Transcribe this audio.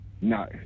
No